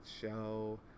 show